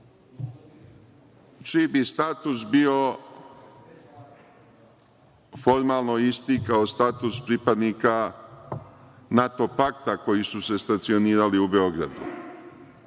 čiji bi status bio formalno isti kao status pripadnika NATO pakta koji su se stacionirali u Beogradu? Izjava